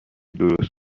درست